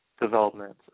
development